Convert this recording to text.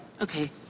Okay